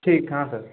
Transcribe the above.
ठीक है हाँ सर